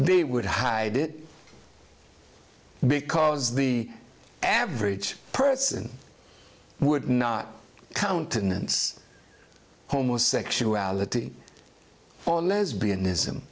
they would hide it because the average person would not countenance homosexuality or lesbianism